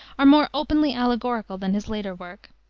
are more openly allegorical than his later work.